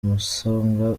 umusonga